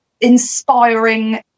inspiring